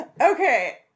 Okay